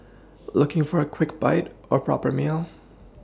looking for a quick bite or proper meal